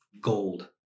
gold